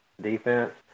defense